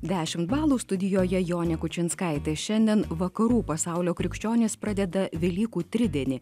dešimt balų studijoje jonė kučinskaitė šiandien vakarų pasaulio krikščionys pradeda velykų tridienį